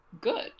good